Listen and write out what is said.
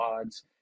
odds